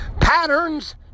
patterns